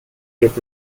geht